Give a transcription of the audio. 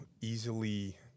easily